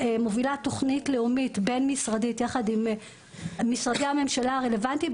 מובילה תוכנית לאומית בין משרדית יחד עם משרדי הממשלה הרלוונטיים,